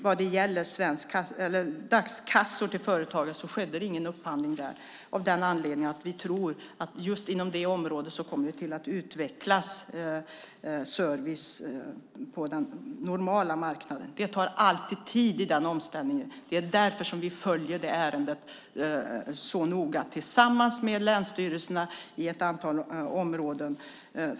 Vad gäller dagskassor för företagen skedde det ingen upphandling av den anledningen att vi tror att det just inom det området kommer att utvecklas service på den normala marknaden. Det tar alltid tid i den omställningen. Det är därför som vi följer det ärendet så noga tillsammans med länsstyrelserna i ett antal områden.